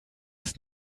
ist